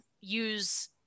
use